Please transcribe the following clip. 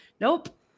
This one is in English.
nope